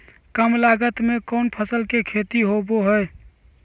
काम लागत में कौन फसल के खेती होबो हाय?